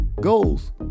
goals